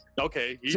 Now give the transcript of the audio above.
okay